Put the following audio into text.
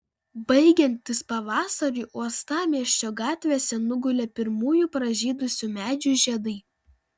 baigiantis pavasariui uostamiesčio gatvėse nugulė pirmųjų pražydusių medžių žiedai